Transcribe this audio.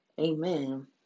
Amen